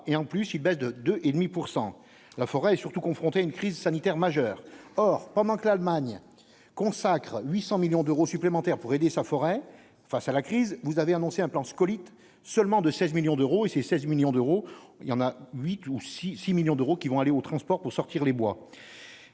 et en plus ils baissent de 2 et demi pourcent la forêt est surtout confronté à une crise sanitaire majeure or pendant que l'Allemagne consacre 800 millions d'euros supplémentaires pour aider sa forêt, face à la crise, vous avez annoncé un plan scolytes seulement de 16 millions d'euros et ses 16 millions d'euros, il y en a 8 ou 6 6 millions d'euros qui vont aller au transport pour sortir les bois